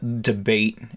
debate